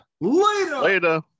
Later